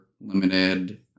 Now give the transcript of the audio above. Limited